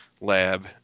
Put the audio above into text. lab